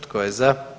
Tko je za?